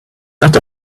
not